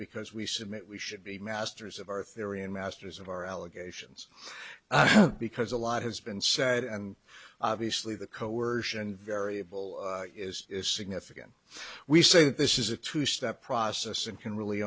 because we submit we should be masters of our theory and masters of our allegations because a lot has been said and obviously the coercion variable is significant we say that this is a two step process and can really